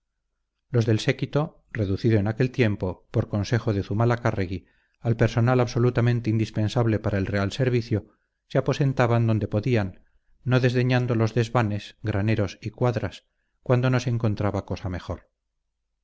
los del séquito reducido en aquel tiempo por consejo de zumalacárregui al personal absolutamente indispensable para el real servicio se aposentaban donde podían no desdeñando los desvanes graneros y cuadras cuando no se encontraba cosa mejor